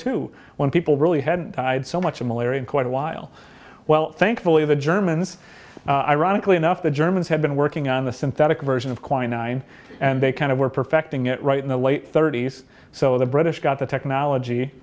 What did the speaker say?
two when people really hadn't had so much malaria in quite a while well thankfully the germans ironically enough the germans had been working on the synthetic version of quinine and they kind of were perfecting it right in the late thirty's so the british got the technology